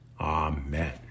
Amen